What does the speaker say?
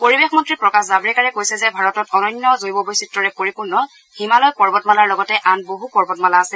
পৰিৱেশ মন্ত্ৰী প্ৰকাশ জাভড়েকাৰে কৈছে যে ভাৰতত অনন্য জৈৱ বৈচিত্ৰ্যৰে পৰিপূৰ্ণ হিমালয় পৰ্বতমালাৰ লগতে আন বহু পৰ্বতমালা আছে